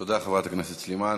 תודה, חברת הכנסת סלימאן.